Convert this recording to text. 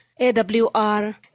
AWR